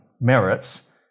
merits